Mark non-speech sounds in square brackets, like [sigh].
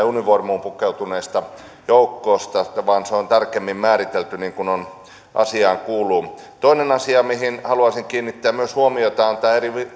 [unintelligible] univormuun pukeutuneista joukoista vaan ne on tarkemmin määritelty niin kuin asiaan kuuluu toinen asia mihin haluaisin myös kiinnittää huomiota on eri [unintelligible]